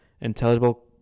intelligible